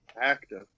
Active